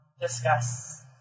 discuss